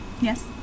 Yes